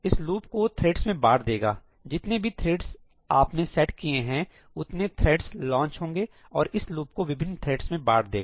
इस लूप को थ्रेड्स में बांट देगा जितने भी थ्रेड्स आपने सेट किए हैं उतने थ्रेड्स लॉन्च होंगे और इस लूप को विभिन्न थ्रेड्स में बांट देगा